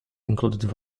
included